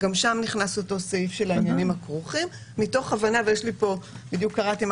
גם שם נכנס אותו סעיף של העניינים הכרוכים ובדיוק קראתי פה